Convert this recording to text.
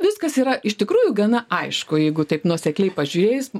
viskas yra iš tikrųjų gana aišku jeigu taip nuosekliai pažiūrėjus